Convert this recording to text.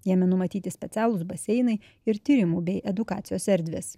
jame numatyti specialūs baseinai ir tyrimų bei edukacijos erdvės